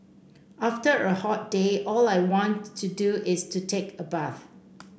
after a hot day all I want to do is to take a bath